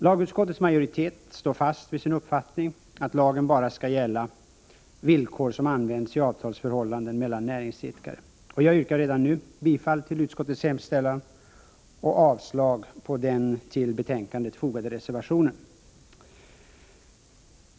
Lagutskottets majoritet står fast vid sin uppfattning att lagen bara skall gälla villkor som används i avtalsförhållanden mellan näringsidkare, och jag yrkar redan nu bifall till utskottets hemställan och avslag på den till betänkandet fogade reservationen.